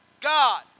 God